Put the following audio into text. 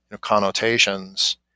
connotations